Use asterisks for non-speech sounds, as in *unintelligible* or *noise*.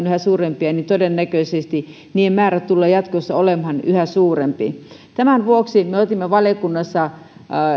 *unintelligible* yhä suurempia todennäköisesti niiden määrä tulee jatkossa olemaan yhä suurempi tämän vuoksi me otimme valiokunnassa